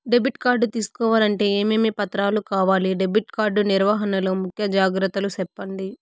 Debit card తీసుకోవాలంటే ఏమేమి పత్రాలు కావాలి? డెబిట్ కార్డు నిర్వహణ లో ముఖ్య జాగ్రత్తలు సెప్పండి?